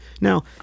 Now